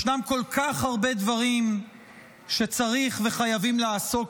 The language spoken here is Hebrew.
ישנם כל כך הרבה דברים שצריך וחייבים לעסוק